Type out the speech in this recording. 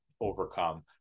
overcome